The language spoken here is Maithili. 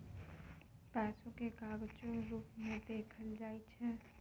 पैसा केँ कागजो रुप मे देखल जाइ छै